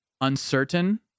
uncertain